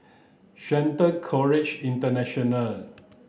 Shelton College International